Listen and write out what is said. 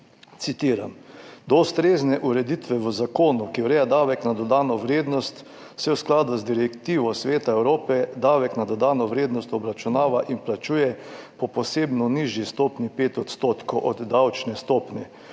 citiram: »Do ustrezne ureditve v zakonu, ki ureja davek na dodano vrednost, se v skladu z Direktivo Sveta (EU) /…/ davek na dodano vrednost obračunava in plačuje po posebni nižji stopnji 5 % od davčne osnove